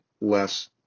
less